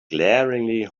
glaringly